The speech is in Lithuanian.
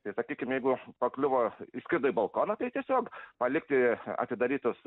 tai sakykim jeigu pakliuvo įskrido į balkoną tai tiesiog palikti atidarytus